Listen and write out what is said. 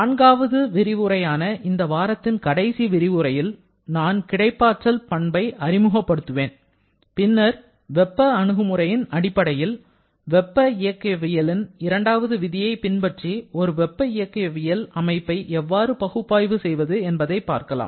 நான்காவது விரிவுரையான இந்த வாரத்தின் கடைசி விரிவுரையில் நான் கிடைப்பாற்றல் பண்பை அறிமுகப்படுத்துவேன் பின்னர் வெப்ப அணுகுமுறையின் அடிப்படையில் வெப்ப இயக்கவியலின் இரண்டாவது விதியைப் பின்பற்றி ஒரு வெப்ப இயக்கவியல் அமைப்பை எவ்வாறு பகுப்பாய்வு செய்வது என்பதைப் பார்ப்போம்